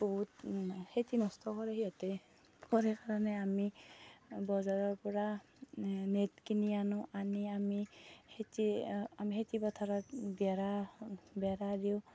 বহুত খেতি নষ্ট কৰে সিহঁতে কৰে কাৰণে আমি বজাৰৰ পৰা নেট কিনি আনো আনি আমি খেতি আমি খেতিপথাৰত বেৰা বেৰা দিওঁ